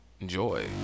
enjoy